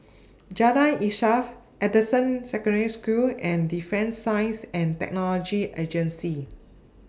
Jalan Insaf Anderson Secondary School and Defence Science and Technology Agency